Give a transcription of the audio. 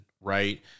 right